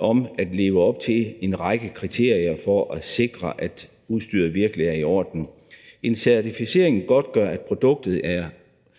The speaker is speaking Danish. om at leve op til en række kriterier, for at sikre, at udstyret virkelig er i orden. En certificering godtgør, at produktet er